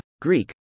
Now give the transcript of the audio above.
Greek